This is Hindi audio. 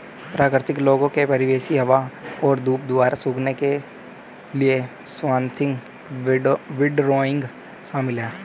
प्राकृतिक लोगों के परिवेशी हवा और धूप द्वारा सूखने के लिए स्वाथिंग विंडरोइंग शामिल है